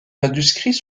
manuscrits